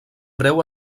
breu